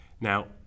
Now